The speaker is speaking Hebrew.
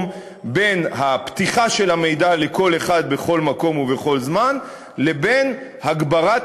בין הפתיחה של המידע לכל אחד בכל מקום ובכל זמן לבין הגברת